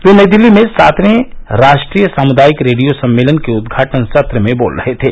वे नई दिल्ली में सातवें राष्ट्रीय सामुदायिक रेडियो सम्मेलन के उद्घाटन सत्र में बोल रहे थे